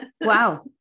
Wow